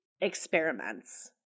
experiments